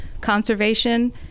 Conservation